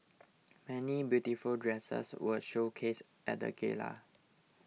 many beautiful dresses were showcased at the gala